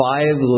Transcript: Five